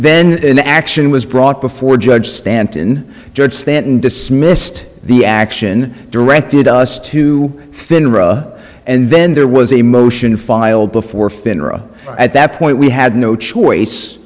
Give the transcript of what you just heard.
then the action was brought before judge stanton judge stanton dismissed the action directed us to finra and then there was a motion filed before finra at that point we had no choice